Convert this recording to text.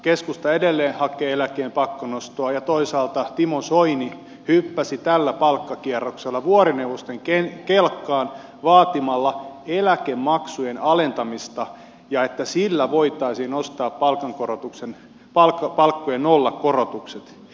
keskusta edelleen hakee eläkkeen pakkonostoa ja toisaalta timo soini hyppäsi tällä palkkakierroksella vuorineuvosten kelkkaan vaatimalla eläkemaksujen alentamista ja sitä että sillä voitaisiin ostaa palkkojen nollakorotukset